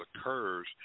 occurs